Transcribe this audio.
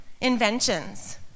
inventions